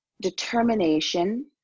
determination